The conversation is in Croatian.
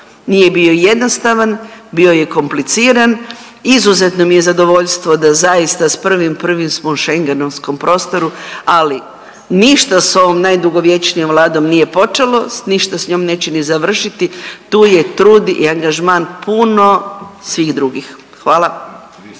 nije bio jednostavan, bio je kompliciran. Izuzetno mi je zadovoljstvo da zaista s 1.1. smo u schengenskom prostoru. Ali ništa sa ovom najdugovječnijom Vladom nije počelo, ništa sa njom neće ni završiti. Tu je trud i angažman puno svih drugih. Hvala.